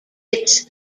its